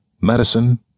medicine